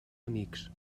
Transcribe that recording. amics